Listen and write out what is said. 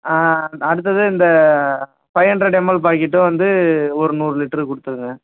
அடுத்தது இந்த five hundred ML packet வந்து ஒரு நூறு லிட்ரு கொடுத்துருங்க